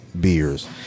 beers